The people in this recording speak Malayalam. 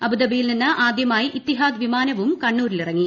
അബുദാബിയിൽ നിന്ന് ആദ്യമായി ഇത്തിഹാദ് വിമാനുവും കണ്ണൂരിലിറങ്ങി